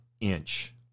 inch